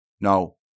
No